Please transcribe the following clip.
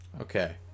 okay